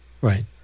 right